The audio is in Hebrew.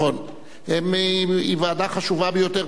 היא ועדה חשובה ביותר.